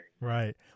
Right